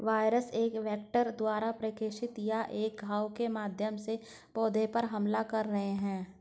virus एक vector द्वारा प्रेषित या एक घाव के माध्यम से पौधे पर हमला कर रहे हैं